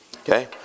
Okay